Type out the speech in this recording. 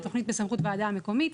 תוכנית בסמכות ועדה המקומית,